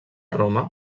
roma